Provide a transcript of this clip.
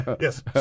Yes